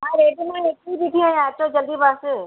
हा हेठि मां हेठि ई बीठी आहियां अचो जल्दी बस